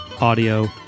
audio